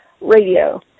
Radio